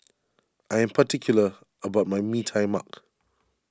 I am particular about my Mee Tai Mak